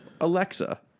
Alexa